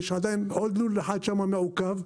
יש עדיין עוד לול אחד שמה מעוכב,